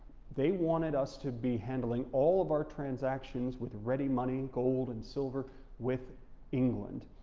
they wanted us to be handling all of our transactions with ready money and gold and silver with england,